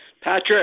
Patrick